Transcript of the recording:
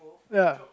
ya